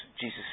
Jesus